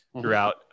throughout